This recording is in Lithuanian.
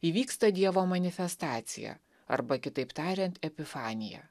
įvyksta dievo manifestacija arba kitaip tariant epifanija